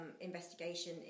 investigation